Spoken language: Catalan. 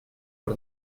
per